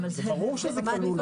זה ברור שזה כלול